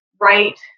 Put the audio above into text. right